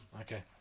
okay